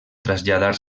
traslladar